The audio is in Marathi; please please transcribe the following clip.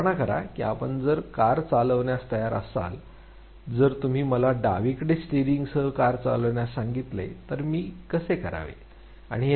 कल्पना करा की आपण कार चालविण्यास तयार असाल तर जर तुम्ही मला डावीकडे स्टीयरिंगसह कार चालविण्यास सांगितले तर मी कसे करावे